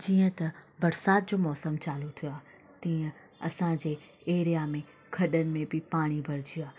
जीअं त बरसातु जो मौसमु चालू थियो आहे तीअं असांजे एरिया में खड॒नि में बि पाणी भरिजी वियो आहे